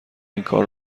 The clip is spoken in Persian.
اینکار